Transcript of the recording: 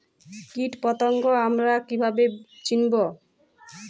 কীটপতঙ্গ আমরা কীভাবে চিনব?